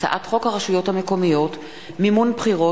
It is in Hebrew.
הצעת חוק הרשויות המקומיות (מימון בחירות)